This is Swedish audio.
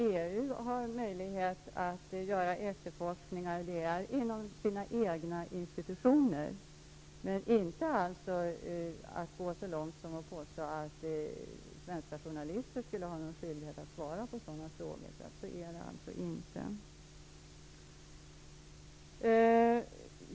EU har möjlighet att göra efterforskningar inom sina egna institutioner. Men man kan inte gå så långt att man påstår att svenska journalister skulle ha någon skyldighet att svara på sådana frågor. Så är det alltså inte.